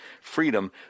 freedom